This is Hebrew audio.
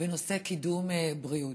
בנושא קידום הבריאות.